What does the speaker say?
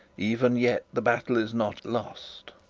even yet the battle is not lost.